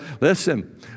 listen